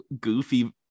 goofy